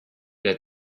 that